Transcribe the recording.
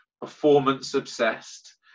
performance-obsessed